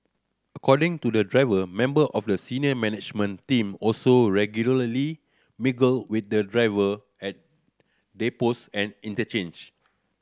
according to the driver member of the senior management team also regularly mingle with the driver at depots and interchange